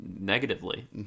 negatively